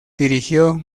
dirigió